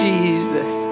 Jesus